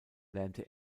lernte